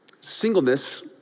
Singleness